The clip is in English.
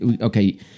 Okay